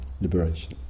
liberation